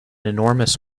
enormous